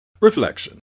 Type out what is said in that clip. Reflection